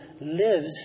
lives